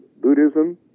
Buddhism